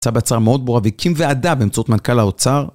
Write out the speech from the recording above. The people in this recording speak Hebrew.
יצא בהצהרה מאוד ברורה והקים ועדה באמצעות מנכ"ל האוצר